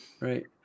Right